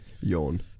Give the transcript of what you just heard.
Yawn